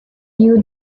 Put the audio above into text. you